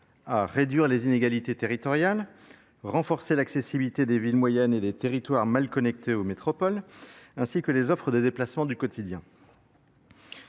à réduire les inégalités territoriales, renforcer l'accessibilité des villes moyennes et des territoires mal connectés aux métropoles, ainsi que les offres de déplacements du quotidien.